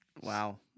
Wow